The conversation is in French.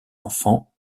enfants